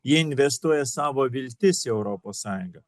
jie investuoja savo viltis į europos sąjungą